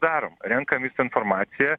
darom renkam visą informaciją